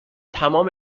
تمام